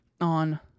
on